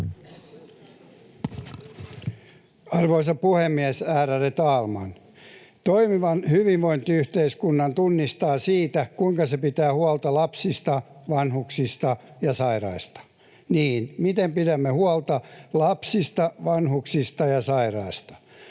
Arvoisa puhemies, ärade talman! Toimivan hyvinvointiyhteiskunnan tunnistaa siitä, kuinka se pitää huolta lapsista, vanhuksista ja sairaista. Niin, miten pidämme huolta lapsista, vanhuksista ja sairaista?